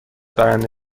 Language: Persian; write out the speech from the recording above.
برنده